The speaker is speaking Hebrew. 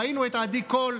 ראינו את עדי קול,